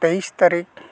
ᱛᱮᱭᱤᱥ ᱛᱟᱹᱨᱤᱠᱷ